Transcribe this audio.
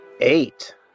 Eight